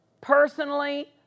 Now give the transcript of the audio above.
personally